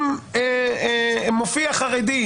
עם מופיע חרדי.